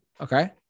Okay